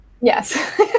Yes